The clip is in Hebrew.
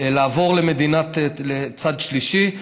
לעבור לצד שלישי.